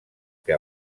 que